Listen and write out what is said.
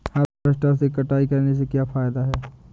Harvester से कटाई करने से क्या फायदा है?